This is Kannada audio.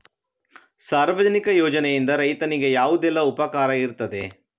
ಸಾರ್ವಜನಿಕ ಯೋಜನೆಯಿಂದ ರೈತನಿಗೆ ಯಾವುದೆಲ್ಲ ಉಪಕಾರ ಇರ್ತದೆ?